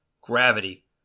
gravity